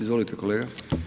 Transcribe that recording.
Izvolite kolega.